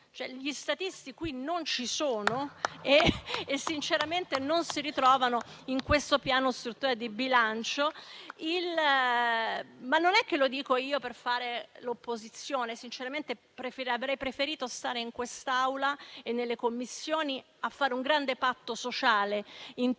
gli statisti qui non ci sono e sinceramente non si ritrovano in questo Piano strutturale di bilancio. Non è che lo dico per fare l'opposizione; sinceramente avrei preferito stare in quest'Aula e nelle Commissioni a fare un grande patto sociale intorno